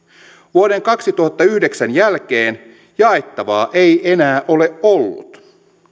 vuoden kaksituhattayhdeksän jälkeen jaettavaa ei enää ole ollut